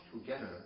together